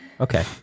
Okay